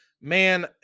man